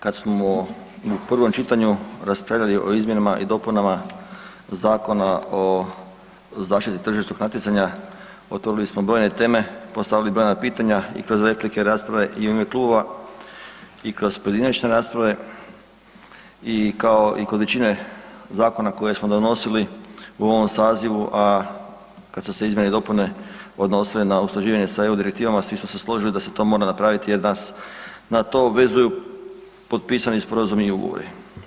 Kada smo u prvom čitanju raspravljali o izmjenama i dopunama Zakona o zaštiti tržišnog natjecanja otvorili smo brojne teme, postavili brojna pitanja i kroz replike, rasprave i u ime kluba i kroz pojedinačne rasprave i kao i kod većine zakona koje smo donosili u ovom sazivu a kada su se izmjene i dopune odnosile na usklađivanje sa EU direktivama svim smo se složili da se to mora napraviti jer nas na to obvezuju potpisani sporazumi i ugovori.